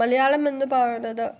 മലയാളം എന്ന് പറയുന്നത്